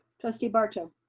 trustee barto.